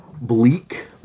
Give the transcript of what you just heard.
bleak